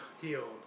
healed